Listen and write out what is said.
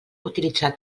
utilitzar